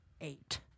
eight